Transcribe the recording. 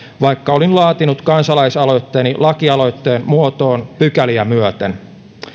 vaikka olin laatinut kansalaisaloitteeni lakialoitteen muotoon pykäliä myöten